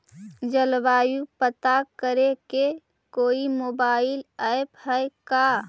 जलवायु पता करे के कोइ मोबाईल ऐप है का?